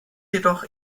jedoch